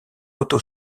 auto